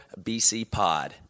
BCPOD